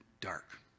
dark